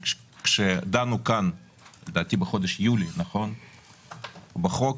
כשדנו כאן בחודש יולי בחוק,